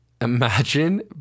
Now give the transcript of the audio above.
Imagine